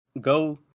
go